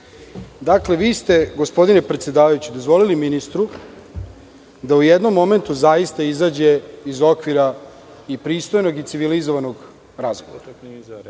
108.Dakle, vi ste gospodine predsedavajući dozvolili ministru da u jednom momentu zaista izađe iz okvira i pristojnog i civilizovanog